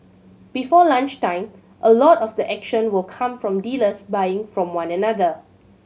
before lunchtime a lot of the action will come from dealers buying from one another